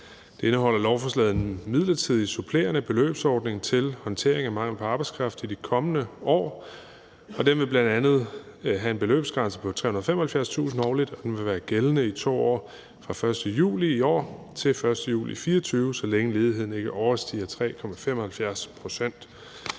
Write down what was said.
indeholder en midlertidig, supplerende beløbsordning til håndtering af mangel på arbejdskraft i de kommende år, og den vil bl.a. have en beløbsgrænse på 375.000 kr. årligt, og den vil være gældende i 2 år, fra den 1. juli i år til den 1. juli 2024, så længe ledigheden ikke overstiger 3,75 pct.